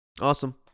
Awesome